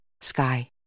Sky